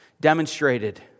demonstrated